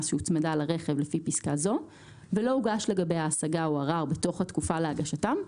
שהוצמדה לרכב לפי פסקה זו ולא הוגשו לגביה השגה או ערר בתוך התקופה להגשתם,